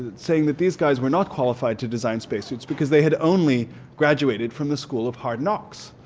saying that these guys were not qualified to design spacesuits because they had only graduated from the school of hard knocks.